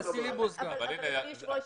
אדוני היושב ראש,